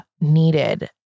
needed